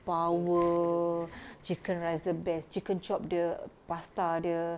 power chicken rice dia best chicken chop dia pasta dia